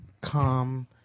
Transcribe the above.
Come